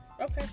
Okay